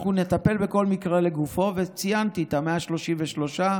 אנחנו נטפל בכל מקרה לגופו, וציינתי את ה-133: